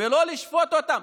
ולא לשפוט אותם.